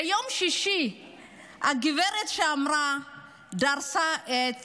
ביום שישי הגברת שדרסה את